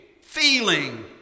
feeling